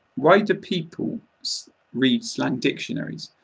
why do people read slang dictionaries?